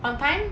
on time